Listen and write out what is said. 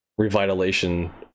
revitalization